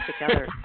together